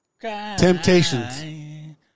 Temptations